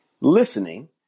listening